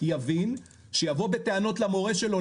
יבין שיבוא בטענות למורה שלו,